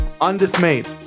undismayed